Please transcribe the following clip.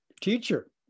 Teacher